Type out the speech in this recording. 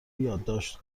یادداشت